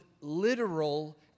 literal